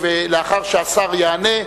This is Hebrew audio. ולאחר שהשר יענה,